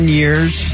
years